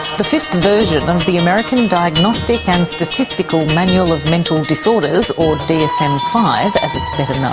the fifth version of the americandiagnostic and statistical manual of mental disorders, or dsm five as it's better known,